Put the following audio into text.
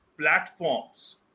platforms